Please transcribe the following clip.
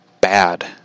bad